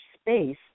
space